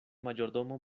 mayordomo